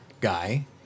guy